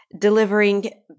Delivering